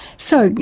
so,